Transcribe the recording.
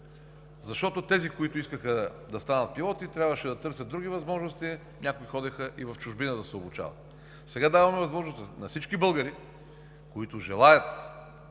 защото тези, които искаха да станат пилоти, трябваше да търсят други възможности – някои ходеха да се обучават и в чужбина. Сега даваме възможност на всички българи, които желаят